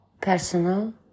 personal